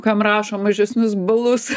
kam rašo mažesnius balus